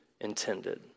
intended